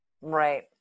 Right